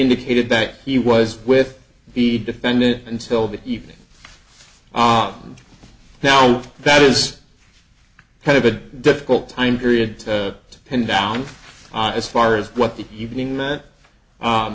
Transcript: indicated that he was with the defendant until the evening now that is kind of a difficult time period to pin down as far as what the evening that